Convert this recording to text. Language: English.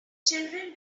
children